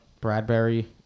Bradbury